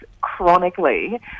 chronically